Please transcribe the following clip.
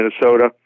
Minnesota